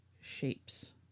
shapes